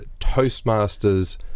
Toastmasters